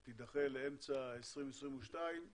ותידחה לאמצע 2022,